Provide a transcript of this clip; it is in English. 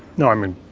no, i mean,